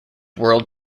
world